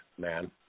man